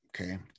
Okay